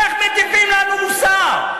איך מטיפים לנו מוסר?